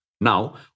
Now